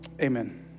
amen